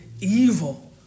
evil